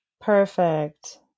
Perfect